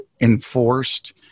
enforced